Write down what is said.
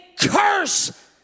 curse